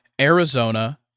Arizona